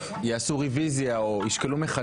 מי שהגיש את הרוויזיה זה אפרת רייטן ושמחה